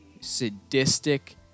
sadistic